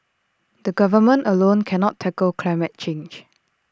the government alone cannot tackle climate change